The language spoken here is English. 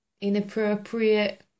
inappropriate